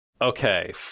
Okay